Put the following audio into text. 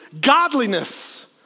godliness